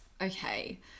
Okay